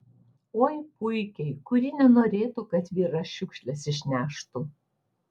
oi puikiai kuri nenorėtų kad vyras šiukšles išneštų